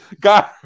God